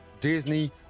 Disney